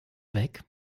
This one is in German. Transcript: weg